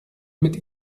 mit